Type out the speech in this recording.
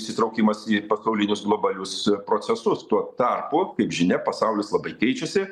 įsitraukimas į pasaulinius globalius procesus tuo tarpu kaip žinia pasaulis labai keičiasi